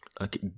Okay